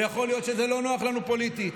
ויכול להיות שזה לא נוח לנו פוליטית,